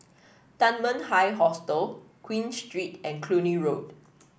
Dunman High Hostel Queen Street and Cluny Road